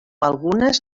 algunes